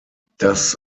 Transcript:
das